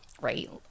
right